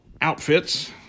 outfits